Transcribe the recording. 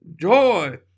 joy